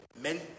men